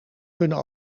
kunnen